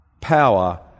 Power